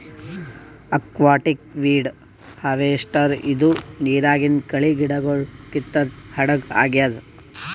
aquatic weed harvester ಇದು ನಿರಾಗಿಂದ್ ಕಳಿ ಗಿಡಗೊಳ್ ಕಿತ್ತದ್ ಹಡಗ್ ಆಗ್ಯಾದ್